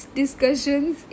discussions